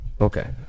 Okay